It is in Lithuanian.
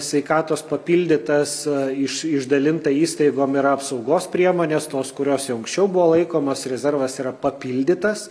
sveikatos papildytas iš išdalinta įstaigom yra apsaugos priemonės tos kurios jau anksčiau buvo laikomos rezervas yra papildytas